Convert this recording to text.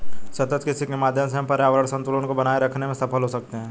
सतत कृषि के माध्यम से हम पर्यावरण संतुलन को बनाए रखते में सफल हो सकते हैं